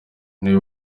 niwe